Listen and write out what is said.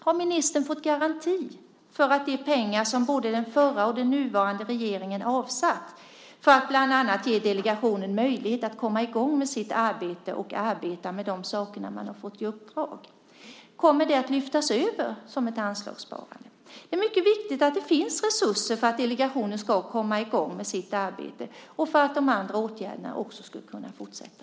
Har ministern fått garanti för att de pengar som både den förra och den nuvarande regeringen har avsatt för att bland annat ge delegationen möjlighet att komma i gång med sitt arbete och arbeta med de saker som man har fått i uppdrag kommer att lyftas över som ett anslagssparande? Det är mycket viktigt att det finns resurser för att delegationen ska komma i gång med sitt arbete och för att de andra åtgärderna också ska kunna fortsätta.